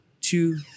two